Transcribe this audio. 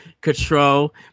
control